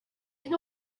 can